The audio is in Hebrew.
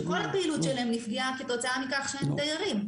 שכל הפעילות שלהם נפגעה כתוצאה מכך שאין תיירים.